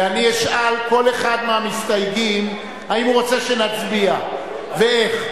ואני אשאל כל אחד מהמסתייגים אם הוא רוצה שנצביע ואיך.